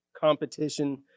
competition